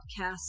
podcast